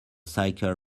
cycle